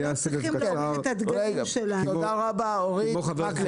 תודה רבה, אורית.